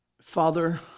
Father